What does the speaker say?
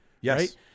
Yes